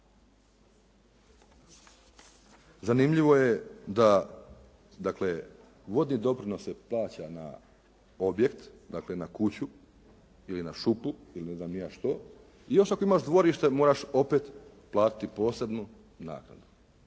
Zanimljivo je da dakle vodni doprinos se plaća na objekt, dakle na kuću ili na šupu ili ne znam ja što. I još ako imaš dvorište moraš opet platiti posebnu naknadu,